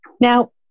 now